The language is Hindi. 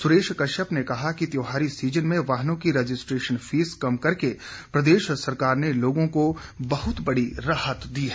सुरेश कश्यप ने कहा कि त्योहारी सीजन में वाहनों की रजिस्ट्रेशन फीस कम करके प्रदेश सरकार ने लोगों को बहुत बड़ी राहत दी है